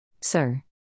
Sir